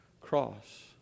cross